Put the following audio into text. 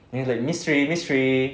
means like mystery mystery